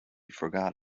forgot